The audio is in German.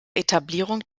etablierung